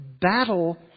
battle